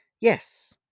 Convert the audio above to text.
Yes